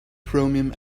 chromium